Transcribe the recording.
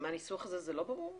ומהניסוח הזה זה לא ברור?